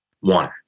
one